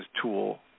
tool